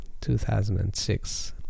2006